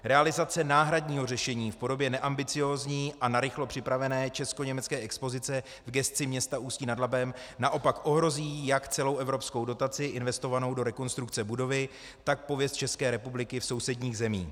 Realizace náhradního řešení v podobě neambiciozní a narychlo připravené českoněmecké expozice v gesci města Ústí nad Labem naopak ohrozí jak celou evropskou dotaci investovanou do rekonstrukce budovy, tak pověst České republiky v sousedních zemích.